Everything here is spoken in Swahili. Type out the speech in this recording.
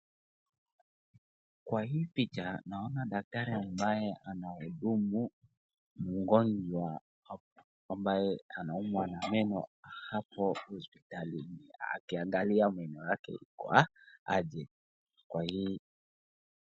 Kwa hii picha naona daktari ambaye anahudumu, mgonjwa au ambaye anaumwa na meno hapo hospitalini akiangalia meno yake iko aje. Kwa hi....